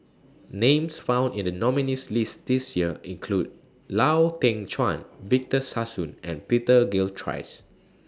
Names found in The nominees' list This Year include Lau Teng Chuan Victor Sassoon and Peter Gilchrist